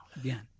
Again